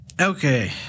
Okay